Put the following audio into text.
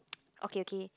okay okay